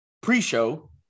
pre-show